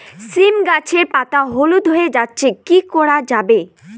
সীম গাছের পাতা হলুদ হয়ে যাচ্ছে কি করা যাবে?